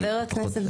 חבר הכנסת,